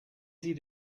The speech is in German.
sie